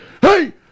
hey